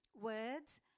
words